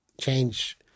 change